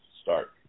start